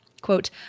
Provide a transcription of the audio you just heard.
Quote